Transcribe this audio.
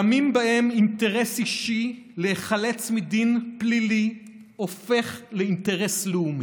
ימים שבהם אינטרס אישי להיחלץ מדין פלילי הופך לאינטרס לאומי,